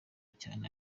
cyane